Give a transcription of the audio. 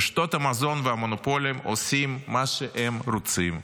רשתות המזון והמונופולים עושים מה שהם רוצים,